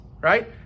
right